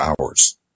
hours